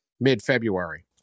mid-February